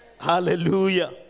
Hallelujah